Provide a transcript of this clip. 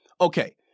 Okay